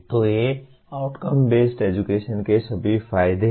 तो ये outcome based education के सभी फायदे हैं